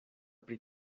pri